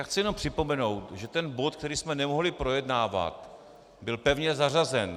Chci jenom připomenout, že ten bod, který jsme nemohli projednávat, byl pevně zařazen.